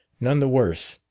none the worse.